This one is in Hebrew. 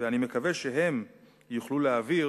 אני מקווה שהם יוכלו להעביר